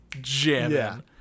jamming